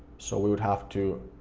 so we would have to